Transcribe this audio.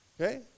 Okay